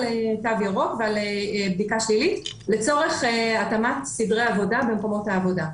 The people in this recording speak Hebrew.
תו ירוק ועל בדיקה שלילית לצורך התאמת סדרי עבודה במקומות העבודה.